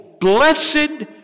blessed